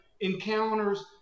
encounters